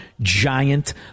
giant